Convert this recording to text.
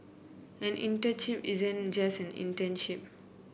an internship isn't just an internship